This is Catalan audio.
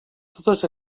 totes